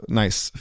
nice